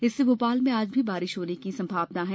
इससे भोपाल में आज भी बारिश होने की संभावना है